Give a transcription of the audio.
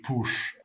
push